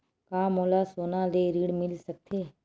का मोला सोना ले ऋण मिल सकथे?